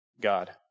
God